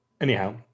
Anyhow